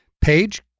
page